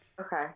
Okay